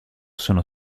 sono